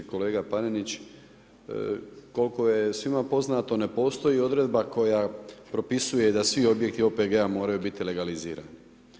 Kolega Panenić, koliko je svima poznato ne postoji odredba koja propisuje da svi objekti OPG-a moraju biti legalizirani.